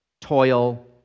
toil